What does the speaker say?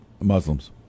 Muslims